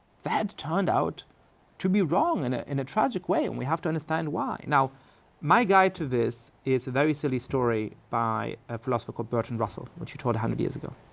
that turned out to be wrong in in and a tragic way and we have to understand why. now my guide to this is a very silly story by a philosopher called bertrand russell, which he taught a hundred years ago.